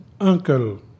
uncle